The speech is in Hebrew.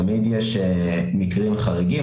תמיד יש מקרים חריגים,